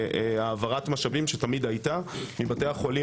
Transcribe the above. העברת משאבים שתמיד הייתה מבתי החולים